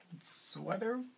sweater